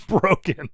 Broken